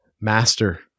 master